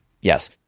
Yes